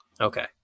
Okay